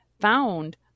found